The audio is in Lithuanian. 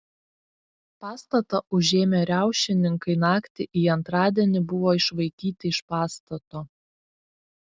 pastatą užėmę riaušininkai naktį į antradienį buvo išvaikyti iš pastato